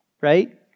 right